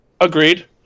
Agreed